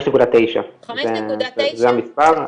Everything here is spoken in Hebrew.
5.9. זה המספר.